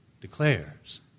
declares